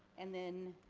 and then